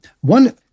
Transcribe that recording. One